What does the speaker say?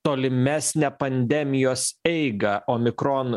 tolimesnę pandemijos eigą omikron